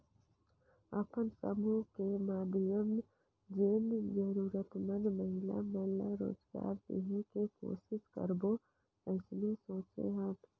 अपन समुह के माधियम जेन जरूरतमंद महिला मन ला रोजगार देहे के कोसिस करबो अइसने सोचे हन